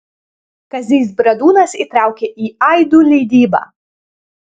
kazys bradūnas įtraukė į aidų leidybą